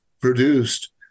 produced